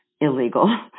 illegal